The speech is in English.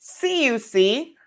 CUC